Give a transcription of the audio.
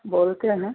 बोलते हैं